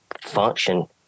function